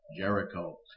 Jericho